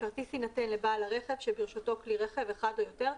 הכרטיס יינתן לבעל רכב שברשותו כלי רכב אחד או יותר,